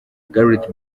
gareth